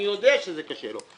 אני יודע שזה קשה לו.